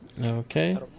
Okay